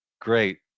Great